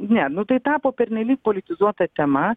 ne nu tai tapo pernelyg politizuota tema